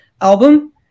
album